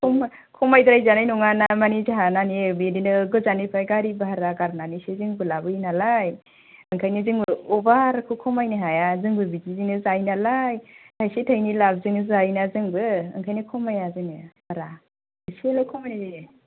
खमाय खमायद्राय जानाय नङा ना माने जोंहा माने बिदिनो गोजाननिफ्राय गारि बारहा गारनानैसो जोंबो लाबोयो नालाय ओंखायनो जोङो अभारखौ खमायनो हाया जोंबो बिदिजोंनो जायो नालाय थाइसे थाइनै लाभ जोंनो जायो जोंबो ओंखायनो खमाया जोङो बारा एसेल' खमायो